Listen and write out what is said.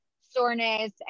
soreness